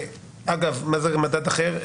אגב, מה זה "מדד אחר"?